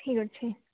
ଠିକ୍ ଅଛି